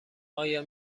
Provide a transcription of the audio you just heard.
آیا